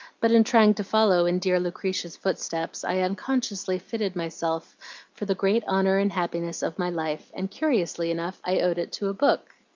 but in trying to follow in dear lucretia's footsteps, i unconsciously fitted myself for the great honor and happiness of my life, and curiously enough i owed it to a book.